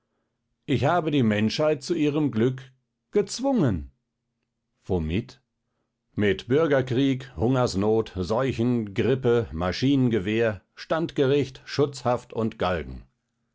ich habe die menschheit zu ihrem glück gezwungen womit mit bürgerkrieg hungersnot seuchen grippe maschinengewehr standgericht schutzhaft und galgen